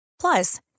Plus